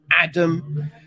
Adam